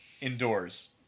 indoors